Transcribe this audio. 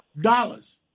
dollars